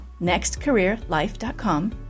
nextcareerlife.com